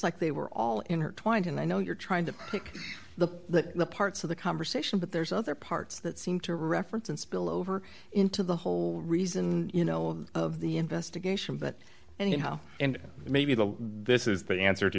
like they were all intertwined and i know you're trying to pick the that the parts of the conversation but there's other parts that seem to reference and spill over into the whole reason you know of the investigation but anyhow and maybe the this is the answer to